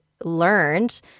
learned